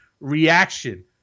reaction